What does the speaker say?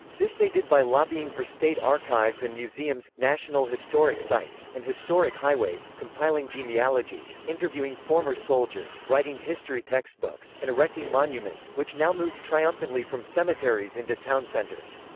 this they did by lobbying for state archives and museums, national historic sites, and historic highways compiling genealogies interviewing former soldiers writing history textbooks and erecting monuments, which now moved triumphantly from cemeteries into town centers.